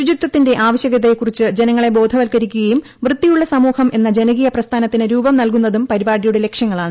ശുചിത്വത്തിന്റെ ആവശ്യകതയെകുറിച്ച് ജനങ്ങളെ ബോധവത്ക്കരിക്കുകയും വൃത്തിയുള്ള സമൂഹം എന്ന ജനകീയ പ്രസ്ഥാനത്തിന് രൂപം നൽകുന്നതും പരിപാടിയുടെ ലക്ഷ്യങ്ങളാണ്